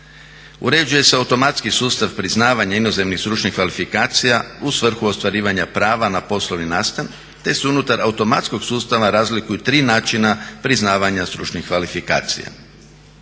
Uređuje se automatski sustav priznavanja inozemnih stručnih kvalifikacija u svrhu ostvarivanja prava na poslovni nastan te se unutar automatskog sustava razlikuju tri načina priznavanja stručnih kvalifikacija.